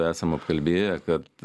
esam apkalbėję kad